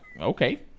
Okay